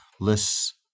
lists